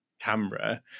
camera